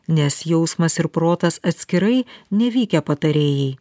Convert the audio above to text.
nes jausmas ir protas atskirai nevykę patarėjai